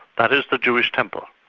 that is the jewish temple,